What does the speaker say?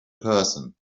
person